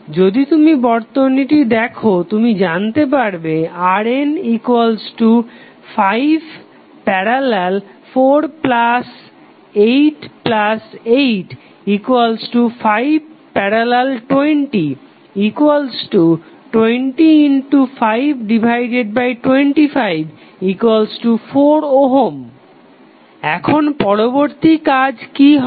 যদি তুমি বর্তনীটি দেখো তুমি জানতে পারবে RN5848520 205254 এখন পরবর্তী কাজ কি হবে